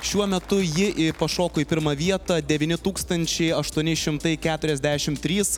šiuo metu ji pašoko į pirmą vietą devyni tūkstančiai aštuoni šimtai keturiasdešimt trys